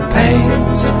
pains